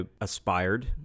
aspired